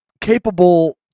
capable